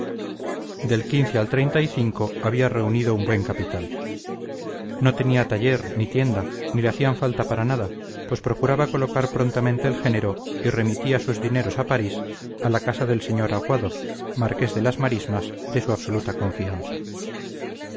del al habla reunido un buen capital no tenía taller ni tienda ni le hacían falta para nada pues procuraba colocar prontamente el género y remitía sus dineros a parís a la casa del sr aguado marqués de las marismas de su absoluta confianza